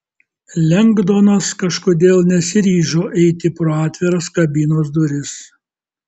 lengdonas kažkodėl nesiryžo eiti pro atviras kabinos duris